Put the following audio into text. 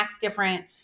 different